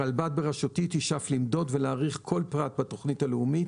הרלב"ד בראשותי תשאף למדוד ולהעריך כל פרט בתוכנית הלאומית.